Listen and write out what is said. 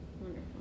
Wonderful